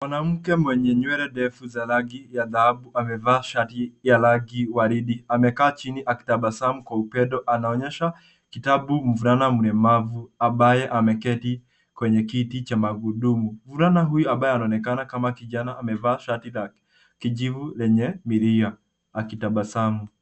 Mwanamke mwenye nywele ndefu za rangi ya dhahabu amevaa shati ya rangi waridi. Amekaa chini akitabasamu kwa upendo, anaonyesha kitabu mvulana mlemavu, ambaye ameketi kwenye kiti cha magurudumu. Mvulana huyu ambaye anaonekana kama kijana amevaa shati la kijivu lenye milia akitabasamu.